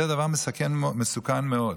זה דבר מאוד מסוכן מאוד,